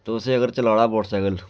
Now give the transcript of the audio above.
ते तुस अगर चलाना मोटरसैकल